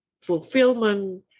fulfillment